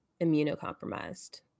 immunocompromised